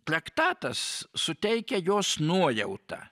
traktatas suteikia jos nuojautą